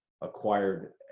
acquired